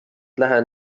lähen